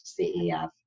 CEF